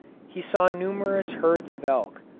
he saw numerous herds of elk,